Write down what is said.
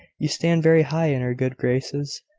you stand very high in her good graces,